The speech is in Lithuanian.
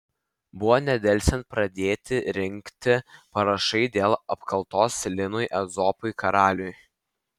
buvo nedelsiant pradėti rinkti parašai dėl apkaltos linui ezopui karaliui